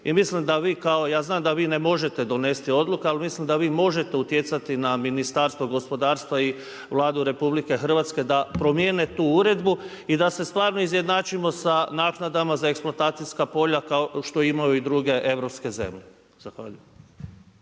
ja znam, da vi ne možete donesti odluku, ali mislim da vi možete utjecati na Ministarstva gospodarstva i Vladu Republike Hrvatske da promjene tu uredbu i da se stvarno izjednačimo sa naknadama za eksploatacijska polja, kao što imaju i druge europske zemlje.